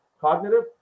cognitive